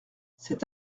cet